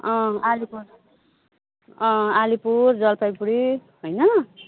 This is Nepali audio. अँ अलिपुर अँ अलिपुर जलपाइगुडी होइन